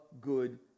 good